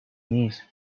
نیست